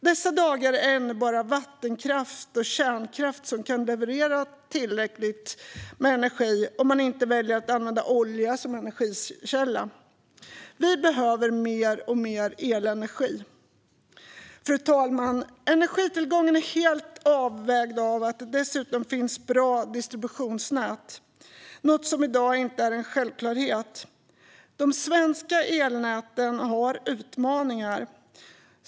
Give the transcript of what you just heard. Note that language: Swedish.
Dessa dagar är det ännu bara vattenkraft och kärnkraft som kan leverera tillräckligt med energi - om man inte väljer att använda olja som energikälla. Vi behöver också mer och mer elenergi. Fru talman! Energitillgången är helt avhängig av att det dessutom finns bra distributionsnät, något som i dag inte är en självklarhet. Det svenska elnätet har utmaningar.